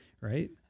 Right